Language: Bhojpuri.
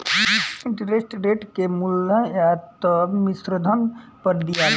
इंटरेस्ट रेट के मूलधन या त मिश्रधन पर दियाला